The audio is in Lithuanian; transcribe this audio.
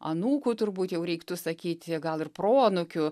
anūkų turbūt jau reiktų sakyti gal ir proanūkių